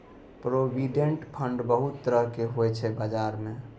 provident fund बहुत तरहक होइ छै बजार मे